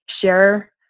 share